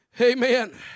amen